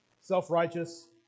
self-righteous